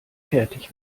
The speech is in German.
fertig